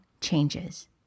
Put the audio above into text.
Changes